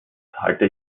halte